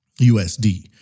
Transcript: USD